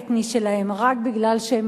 "הם רק פלסטינים,